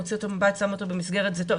מוציא אותו מהבית ושם אותו במסגרת זה טוב.